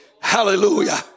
Hallelujah